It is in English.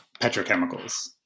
petrochemicals